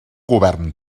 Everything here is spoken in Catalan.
govern